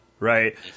Right